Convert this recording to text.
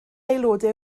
aelodau